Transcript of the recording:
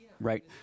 right